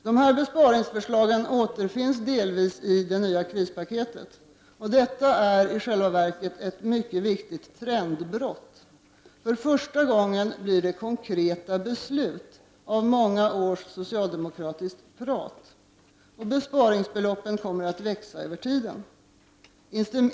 Dessa besparingsförslag återfinns delvis i det nya krispaketet. Detta är i själva verket ett mycket viktigt trendbrott. För första gången blir det konkreta beslut av många års socialdemokratiskt prat. Besparingsbeloppen kommer att växa över tiden.